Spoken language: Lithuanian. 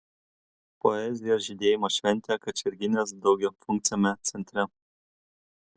poezijos žydėjimo šventė kačerginės daugiafunkciame centre